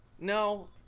No